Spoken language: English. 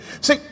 see